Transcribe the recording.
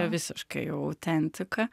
visiškai jau autentika